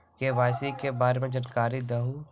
KYC के बारे में जानकारी दहु?